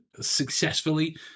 successfully